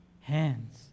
hands